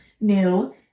new